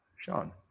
Sean